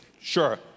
Sure